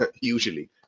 usually